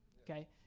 Okay